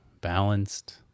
balanced